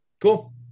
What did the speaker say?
Cool